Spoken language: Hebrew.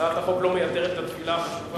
הצעת החוק לא מייתרת את התפילה החשובה.